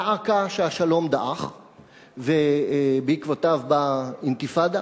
דא עקא שהשלום דעך ובעקבותיו באה אינתיפאדה